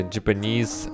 Japanese